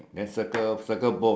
of a